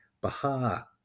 Baha